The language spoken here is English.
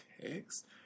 Text